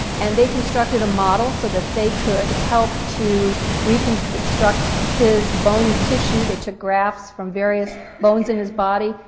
and they constructed a model so that they could help to reconstruct his bony tissue. they took grafts from various bones in his body,